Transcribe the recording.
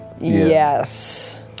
yes